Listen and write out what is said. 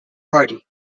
party